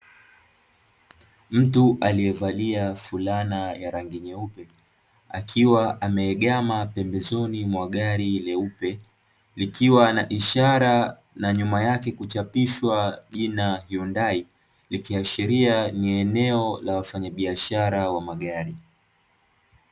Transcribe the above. Mtu aliyevalia fulana ya rangi nyeupe, akiwa ameegama pembezoni mwa gari leupe, likiwa na ishara na nyuma yake kuchapishwa jina "HYUNDAI". Ikiashiria ni eneo la wafanyabiashara wa magari.